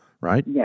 Right